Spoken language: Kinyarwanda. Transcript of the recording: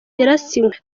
yarasinywe